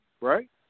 right